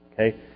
okay